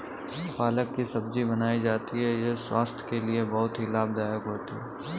पालक की सब्जी बनाई जाती है यह स्वास्थ्य के लिए बहुत ही लाभदायक होती है